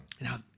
Now